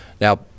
Now